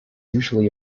usually